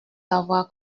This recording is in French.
avoir